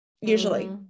usually